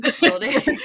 building